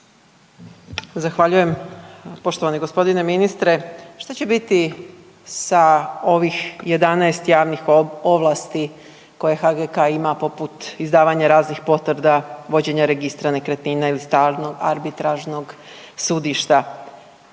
Zahvaljujem. Poštovani g. ministre, šta će biti sa ovih 11 javnih ovlasti koje HGK ima poput izdavanja raznih potvrda, vođenja registra nekretnina ili stalnog arbitražnog sudišta,